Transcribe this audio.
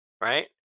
right